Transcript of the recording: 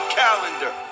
calendar